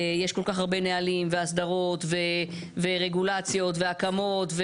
יש כל כך הרבה נהלים והסדרות ורגולציות והקמות,